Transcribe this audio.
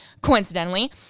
coincidentally